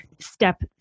step